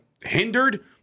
hindered